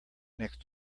next